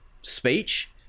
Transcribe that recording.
speech